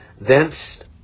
thence